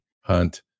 hunt